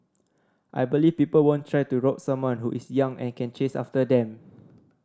I believe people won't try to rob someone who is young and can chase after them